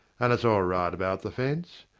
and it's all right about the fence.